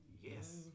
Yes